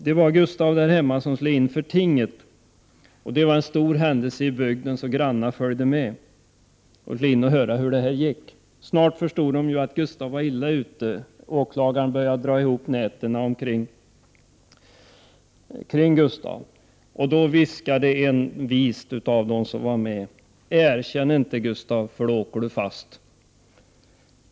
Så här går historien: Gustav hemma sulle inför tinget. Det var en stor händelse i bygden, så granna följde med för att höra hur det skulle gå. Snart förstod de att Gustav va illa ute. Åklagarn drog ihop nätet. Då viskade en av medföljarna vist: Ärkänn ente Gustav för då åker du fast!